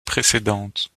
précédente